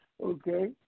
okay